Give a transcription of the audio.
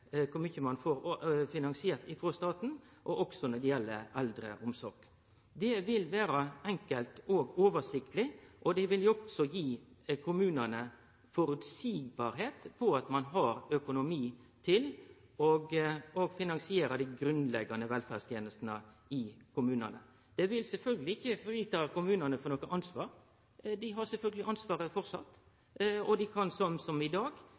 kor mykje ein får finansiert frå staten, og tilsvarande når det gjeld eldreomsorg. Det vil vere enkelt og oversiktleg, og det vil også gi kommunane føreseielegheit når det gjeld økonomi til å finansiere dei grunnleggjande velferdstenestene i kommunane. Det vil sjølvsagt ikkje frita kommunane for ansvar, dei har sjølvsagt ansvaret framleis, og dei kan som i dag